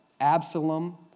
Absalom